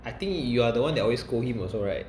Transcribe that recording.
I think you are the one that always scold him also right